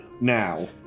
now